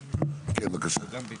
שלהם,